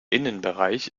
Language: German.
innenbereich